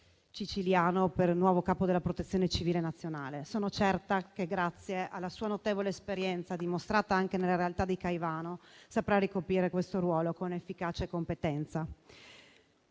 Ciciliano, nuovo capo della Protezione civile nazionale. Sono certa che, grazie alla sua notevole esperienza, dimostrata anche nella realtà di Caivano, saprà ricoprire questo ruolo con efficacia e competenza.